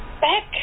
back